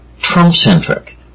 Trump-centric